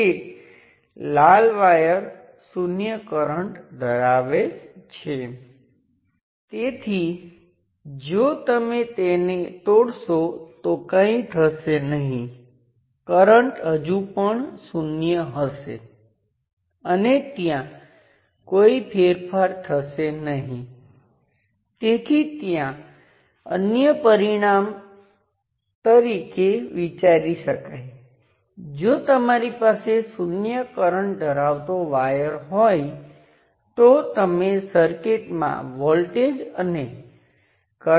તેથી સમકક્ષ R ઋણ ચિહ્ન સાથે દેખાશે V1 જે સ્વતંત્ર સ્ત્રોત શૂન્ય છે આ શૂન્ય સ્ત્રોત છે હું જેનો ઉલ્લેખ કરું છું તે ઋણ રેઝિસ્ટન્સ ગુણ્યા I1 હશે જ્યાં Rth રેઝિસ્ટન્સ એ સર્કિટમાં પાછળ છે Rth એ સર્કિટમાં શૂન્ય પર સેટ કરેલા સ્વતંત્ર સ્ત્રોત સાથેનો રેઝિસ્ટન્સ છે જે સ્વતંત્ર સ્ત્રોતને રદ કરે છે